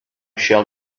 shall